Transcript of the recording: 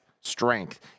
strength